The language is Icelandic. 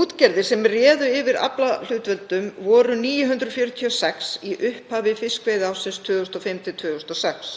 Útgerðir sem réðu yfir aflahlutdeildum voru 946 í upphafi fiskveiðiársins 2005–2006